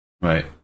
right